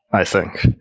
i think.